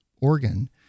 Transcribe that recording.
organ